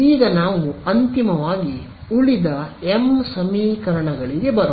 ಈಗ ನಾವು ಅಂತಿಮವಾಗಿ ಉಳಿದ m ಸಮೀಕರಣಗಳಿಗೆ ಬರೋಣ